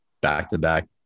back-to-back